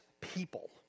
people